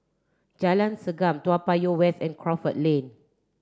Jalan Segam Toa Payoh West and Crawford Lane